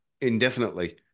indefinitely